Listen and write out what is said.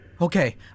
Okay